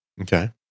Okay